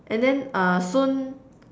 and then uh soon